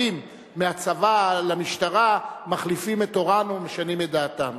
מהצבא למשטרה מחליפים את עורם ומשנים את דעתם,